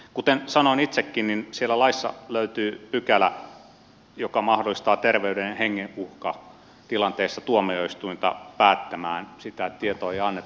kuten sanoin itsekin sieltä laista löytyy pykälä joka mahdollistaa terveyden ja hengen uhka tilanteessa tuomioistuimen päättämään että sitä tietoa ei anneta